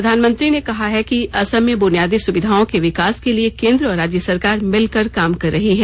प्रधानमंत्री ने कहा है कि असम में बुनियादी सुविधाओं के विकास के लिए केन्द्र और राज्य सरकार मिलकर काम कर रही हैं